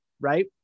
right